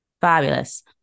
Fabulous